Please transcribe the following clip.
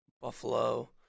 Buffalo